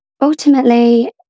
Ultimately